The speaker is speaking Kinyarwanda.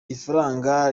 ifaranga